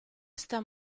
está